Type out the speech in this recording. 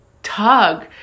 tug